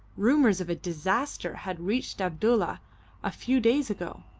rumours of a disaster had reached abdulla a few days ago,